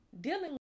dealing